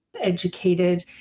educated